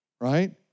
Right